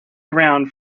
around